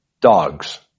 dogs